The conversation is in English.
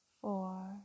four